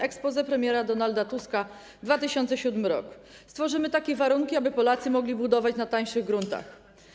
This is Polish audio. Exposé premiera Donalda Tuska z 2007 r.: stworzymy takie warunki, aby Polacy mogli budować na tańszych gruntach.